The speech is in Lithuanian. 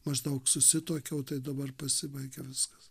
maždaug susituokiau tai dabar pasibaigė viskas